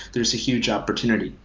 there's a huge opportunity.